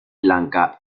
lanka